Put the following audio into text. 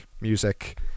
music